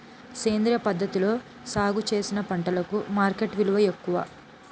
సేంద్రియ పద్ధతిలో సాగు చేసిన పంటలకు మార్కెట్ విలువ ఎక్కువ